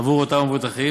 עבור אותם מבוטחים.